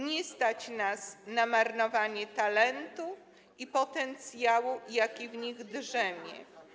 Nie stać nas na marnowanie talentu i potencjału, jakie w niej drzemią.